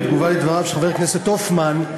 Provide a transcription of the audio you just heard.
בתגובה על דבריו של חבר הכנסת הופמן,